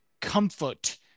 Comfort